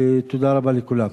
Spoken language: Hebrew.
תודה רבה לכולם.